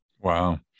wow